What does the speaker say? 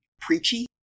preachy